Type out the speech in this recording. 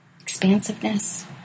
expansiveness